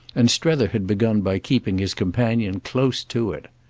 and strether had begun by keeping his companion close to it.